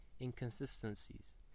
inconsistencies